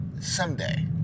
someday